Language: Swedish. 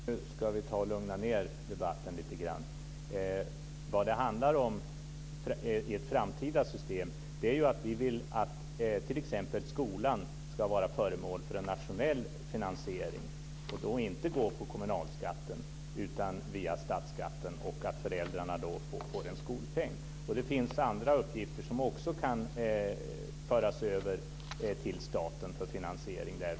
Fru talman! Nu ska vi lugna ned debatten lite grann. Vad det handlar om i ett framtida system är att vi vill att t.ex. skolan ska vara föremål för en nationell finansiering och inte betalas via kommunalskatten utan via statsskatten. Föräldrarna får då en skolpeng. Det finns andra uppgifter som också kan föras över till staten för finansiering där.